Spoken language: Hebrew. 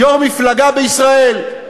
יושב-ראש מפלגה בישראל,